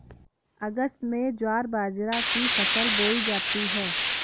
अगस्त में ज्वार बाजरा की फसल बोई जाती हैं